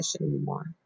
anymore